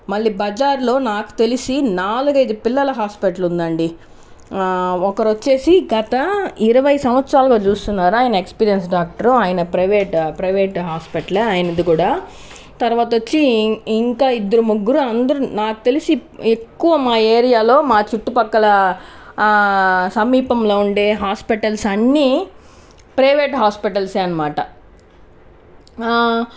మళ్లీ బజార్లో నాకు తెలిసి నాలుగైదు పిల్లల హాస్పిటల్ ఉందండి ఒకరు వచ్చేసి గత ఇరవై సంవత్సరాలుగా చూస్తున్నారు ఆయన ఎక్స్పీరియన్స్ డాక్టర్ ఆయన ప్రైవేట్ ప్రైవేటు హాస్పిటల్ ఆయనది కూడా తర్వాత వచ్చి ఇంకా ఇద్దరు ముగ్గురు అందరు నాకు తెలిసి ఎక్కువ మా ఏరియాలో మా చుట్టుపక్కల సమీపంలో ఉండే హాస్పిటల్స్ అన్ని ప్రైవేట్ హాస్పిటల్స్ అనమాట